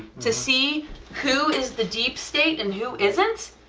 to see who is the deep state and who isn't,